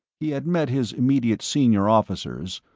he had met his immediate senior officers,